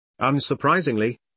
Unsurprisingly